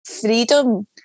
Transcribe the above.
freedom